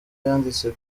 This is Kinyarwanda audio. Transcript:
yanditse